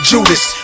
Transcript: Judas